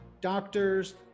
doctors